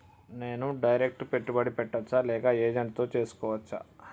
నేను డైరెక్ట్ పెట్టుబడి పెట్టచ్చా లేక ఏజెంట్ తో చేస్కోవచ్చా?